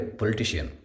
politician